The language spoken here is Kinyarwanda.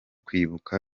kwibuka